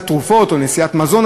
זה מה שיש לי